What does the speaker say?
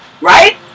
Right